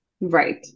Right